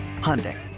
Hyundai